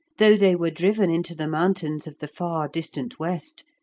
though they were driven into the mountains of the far distant west,